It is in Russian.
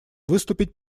выступить